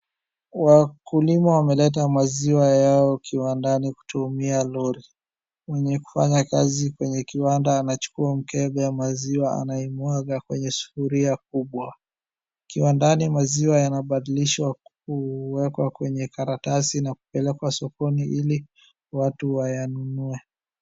Wakulima wameleta maziwa yao kiwandani kutumia lori. Mwenye kufanya kazi kwenye kiwanda anachukua mkembe wa maziwa anaimwaga kwenye sufuria kubwa. Kiwandani maziwa yanabadilishwa kuekwa kwenye karatasi na kupelekwa sokoni ili watu ya wanunue.